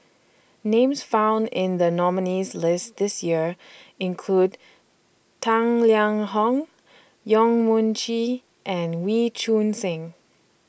Names found in The nominees' list This Year include Tang Liang Hong Yong Mun Chee and Wee Choon Seng